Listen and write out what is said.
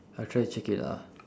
I'll try to check it out ah